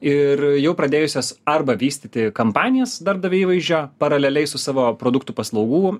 ir jau pradėjusios arba vystyti kampanijas darbdavio įvaizdžio paraleliai su savo produktų paslaugų